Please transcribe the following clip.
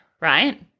right